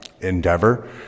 endeavor